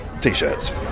t-shirts